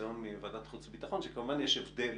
מהניסיון מוועדת החוץ והביטחון שכמובן, יש הבדל,